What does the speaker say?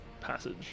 passage